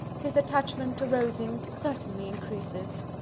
his attachment to rosings certainly increases.